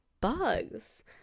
bugs